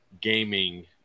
gaming